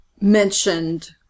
mentioned